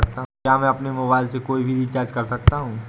क्या मैं अपने मोबाइल से कोई भी रिचार्ज कर सकता हूँ?